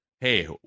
hey